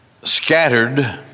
scattered